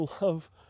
love